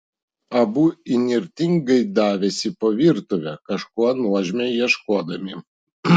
abu įnirtingai davėsi po virtuvę kažko nuožmiai ieškodami